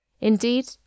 Indeed